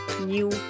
new